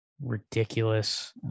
ridiculous